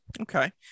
Okay